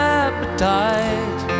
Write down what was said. appetite